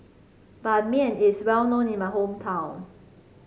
Ban Mian is well known in my hometown